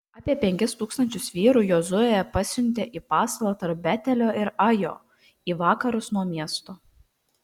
apie penkis tūkstančius vyrų jozuė pasiuntė į pasalą tarp betelio ir ajo į vakarus nuo miesto